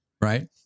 Right